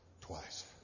Twice